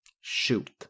Shoot